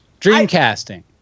Dreamcasting